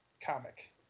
comic